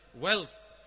wealth